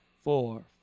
four